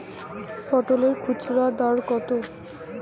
পটলের খুচরা দর কত?